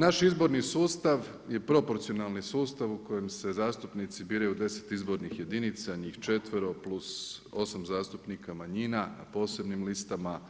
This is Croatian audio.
Naš izborni sustav i proporcionalni sustav u kojem se zastupnici biraju u 10 izbornih jedinica, njih 4.-ero plus 8 zastupnika manjina, na posebnim listama